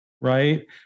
right